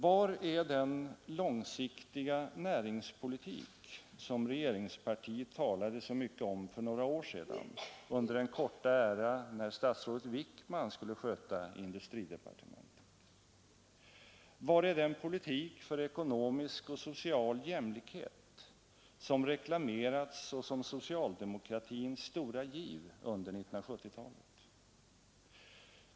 Var är den långsiktiga näringspolitik som regeringspartiet talade så mycket om för några år sedan under den korta era när statsrådet Wickman skulle sköta industridepartementet? Var är den politik för ekonomisk och social jämlikhet som reklamerats såsom socialdemokratins stora giv under 1970-talet?